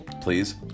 please